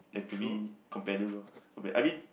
and to me compatible loh I mean